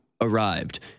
arrived